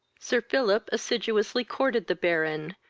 sir philip assiduously courted the baron,